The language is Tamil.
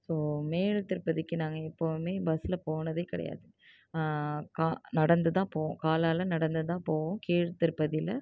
ஸோ மேல்திருப்பதிக்கு நாங்கள் எப்பவுமே பஸ்ஸில் போனதே கிடையாது கா நடந்துதான் போவோம் காலால் நடந்து தான் போவோம் கீழ்திருப்பதியில்